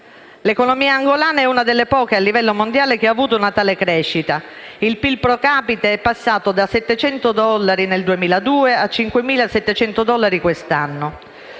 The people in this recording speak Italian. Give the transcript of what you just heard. L'economia angolana è una delle poche a livello mondiale che ha avuto una tale crescita. Il PIL *pro capite* è passato dai 700 dollari nel 2002 a 5.700 dollari quest'anno.